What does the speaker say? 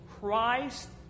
Christ